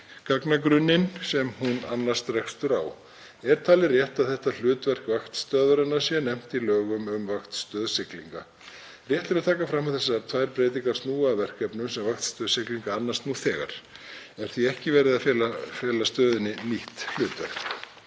sem hún annast rekstur á. Er talið rétt að þetta hlutverk vaktstöðvarinnar sé nefnt í lögum um vaktstöð siglinga. Rétt er að taka fram að þessar tvær breytingar snúa að verkefnum sem vaktstöð siglinga annast nú þegar. Það er því ekki verið að fela stöðinni nýtt hlutverk.